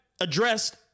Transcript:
addressed